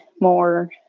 more